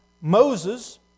Moses